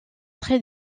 très